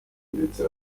ndetse